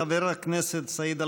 חבר הכנסת סעיד אלחרומי,